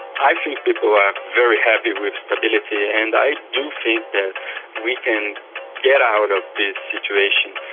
i think people are very happy with stability and i do think that we can get out of this situation,